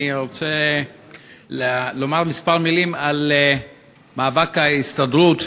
אני רוצה לומר כמה מילים על המאבק של ההסתדרות